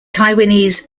taiwanese